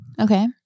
Okay